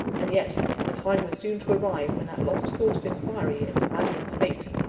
and yet, the time was soon to arrive when that lost thought of inquiry into mannion's fate,